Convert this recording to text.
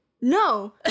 no